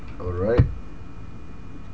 alright